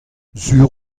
sur